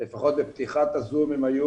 בפתיחת ה-זום הם היו